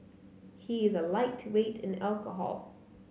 he is a lightweight in alcohol